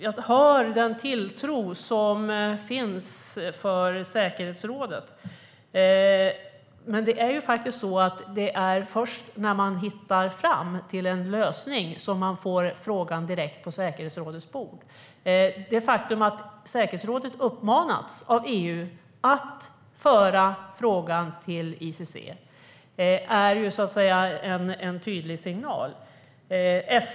Jag hör vilken tilltro som finns till säkerhetsrådet, men det är ju först när man hittar fram till en lösning som frågan hamnar direkt på säkerhetsrådets bord. Det faktum att EU har uppmanat säkerhetsrådet att föra frågan till ICC är en tydlig signal.